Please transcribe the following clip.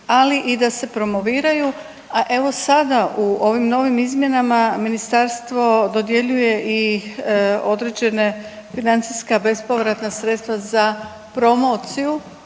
ali i da se promoviraju. A evo sada u ovim novim izmjenama ministarstvo dodjeljuje i određena financijska bespovratna sredstva za promociju